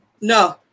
No